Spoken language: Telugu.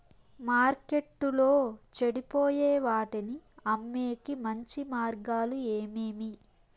మార్కెట్టులో చెడిపోయే వాటిని అమ్మేకి మంచి మార్గాలు ఏమేమి